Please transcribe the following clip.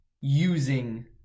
using